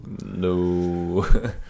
No